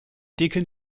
dicken